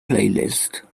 playlist